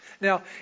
Now